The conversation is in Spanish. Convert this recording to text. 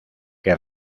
que